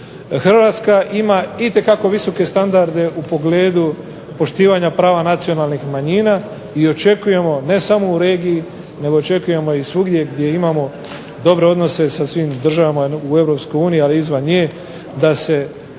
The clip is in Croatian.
Hrvatska ima itekako visoke standarde u pogledu poštivanja prava nacionalnih manjina i očekujemo ne samo u regiji nego očekujemo i svugdje gdje imamo dobre odnose sa svim državama u EU ali i izvan nje, da se